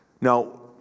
Now